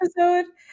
episode